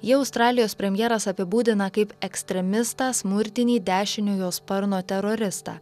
jį australijos premjeras apibūdina kaip ekstremistą smurtinį dešiniojo sparno teroristą